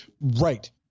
Right